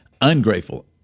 ungrateful